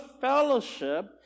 fellowship